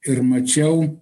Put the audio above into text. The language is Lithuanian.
ir mačiau